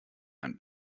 ein